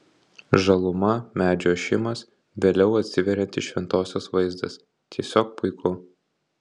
žaluma medžių ošimas vėliau atsiveriantis šventosios vaizdas tiesiog puiku